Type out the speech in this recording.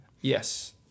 Yes